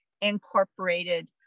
incorporated